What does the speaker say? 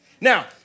Now